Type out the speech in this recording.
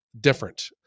different